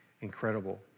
incredible